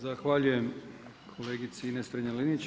Zahvaljujem kolegici Ines Strenja-Linić.